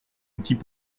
outils